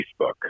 Facebook